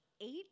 eight